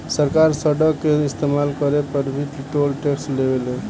सरकार सड़क के इस्तमाल करे पर भी टोल टैक्स लेवे ले